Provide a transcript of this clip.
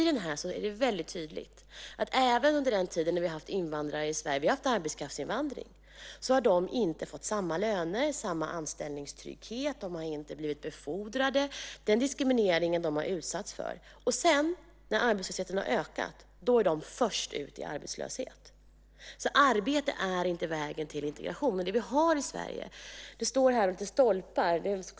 Här framgår tydligt att inte heller under den tid när vi hade arbetskraftsinvandring, för det har vi haft, fick de samma lön, samma anställningstrygghet eller blev befordrade. De utsattes för diskriminering. När sedan arbetslösheten ökade var de först ut i arbetslöshet. Arbete är alltså inte vägen till integration. I boken finns en sammanfattning med någon sorts stolpar.